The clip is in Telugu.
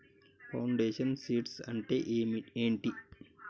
ఫౌండేషన్ సీడ్స్ అంటే ఏంటి?